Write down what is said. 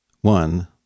one